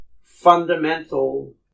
fundamental